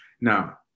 Now